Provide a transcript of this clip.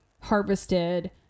harvested